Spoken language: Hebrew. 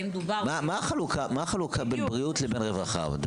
האם דובר --- מה החלוקה בין בריאות לבין רווחה?